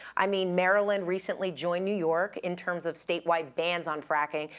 i mean, maryland recently joined new york in terms of statewide bans on fracking,